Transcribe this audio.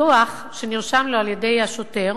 הדוח שנרשם לו על-ידי השוטר